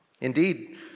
Indeed